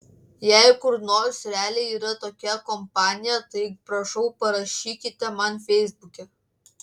jei kur nors realiai yra tokia kompanija tai prašau parašykite man feisbuke